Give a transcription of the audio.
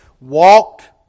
walked